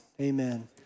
amen